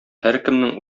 һәркемнең